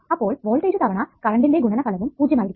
അപ്പോൾ വോൾട്ടേജ് തവണ കറണ്ടിന്റെ ഗുണനഫലവും പൂജ്യം ആയിരിക്കും